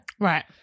Right